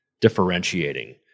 differentiating